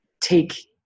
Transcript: take